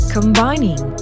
Combining